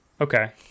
Okay